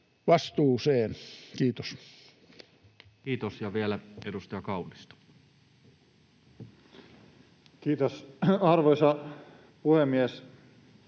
vastuuseen. — Kiitos. Kiitos. — Ja vielä edustaja Kaunisto. Kiitos, arvoisa puhemies!